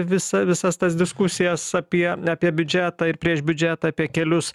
visa visas tas diskusijas apie apie biudžetą ir prieš biudžetą apie kelius